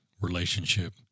relationship